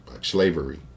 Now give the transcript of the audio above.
slavery